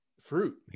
fruit